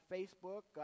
Facebook